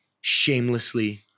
shamelessly